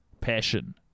passion